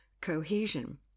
cohesion